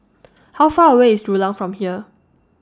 How Far away IS Rulang from here